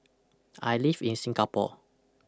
I live in Singapore